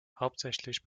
hauptsächlich